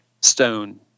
stone